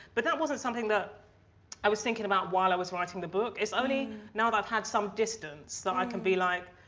but that wasn't something that i was thinking about while i was writing the book it's only now that i've had some distance that i can be like,